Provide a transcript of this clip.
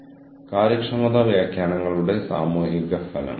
ഞാൻ ഉദ്ദേശിച്ചത് ഇന്ത്യയിൽ ധാരാളം അടിസ്ഥാന സൌകര്യ പദ്ധതികൾ വരുന്നുണ്ട്